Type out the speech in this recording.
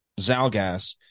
zalgas